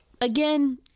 again